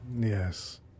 Yes